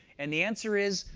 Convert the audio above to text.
and the answer is,